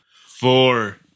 four